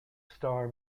star